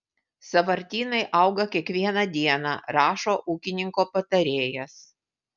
sąvartynai auga kiekvieną dieną rašo ūkininko patarėjas